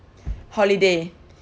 holiday